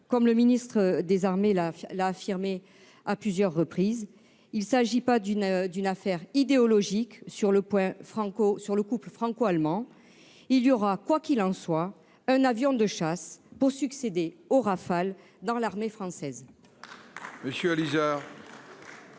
conclusion, ce qu'il a affirmé à de multiples reprises : il ne s'agit pas d'une affaire idéologique liée au couple franco-allemand. Il y aura, quoi qu'il en soit, un avion de chasse pour succéder au Rafale dans l'armée française.